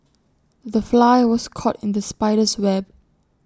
the fly was caught in the spider's web